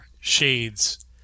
shades